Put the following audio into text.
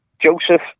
Joseph